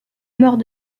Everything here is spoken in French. mort